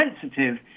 sensitive